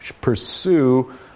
pursue